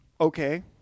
Okay